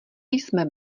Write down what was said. jsme